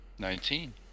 Nineteen